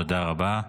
תודה רבה.